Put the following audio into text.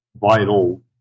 vital